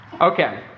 Okay